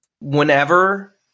whenever